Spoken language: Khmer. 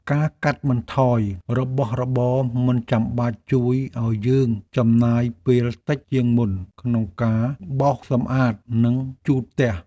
ការកាត់បន្ថយរបស់របរមិនចាំបាច់ជួយឱ្យយើងចំណាយពេលតិចជាងមុនក្នុងការបោសសម្អាតនិងជូតផ្ទះ។